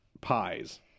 pies